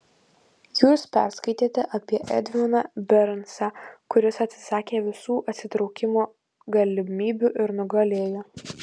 jūs perskaitėte apie edviną bernsą kuris atsisakė visų atsitraukimo galimybių ir nugalėjo